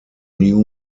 new